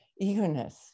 eagerness